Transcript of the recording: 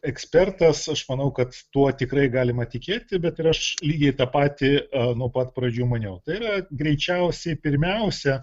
ekspertas aš manau kad tuo tikrai galima tikėti bet ir aš lygiai tą patį nuo pat pradžių maniau tai yra greičiausiai pirmiausia